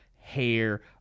hair